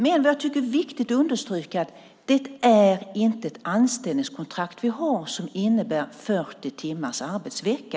Men jag tycker att det är viktigt att understryka att det inte är ett anställningskontrakt vi har som innebär 40 timmars arbetsvecka.